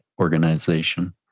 organization